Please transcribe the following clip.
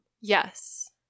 Yes